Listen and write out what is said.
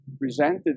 presented